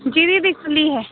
जी दीदी खुली है